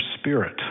spirit